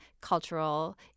cultural